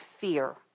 fear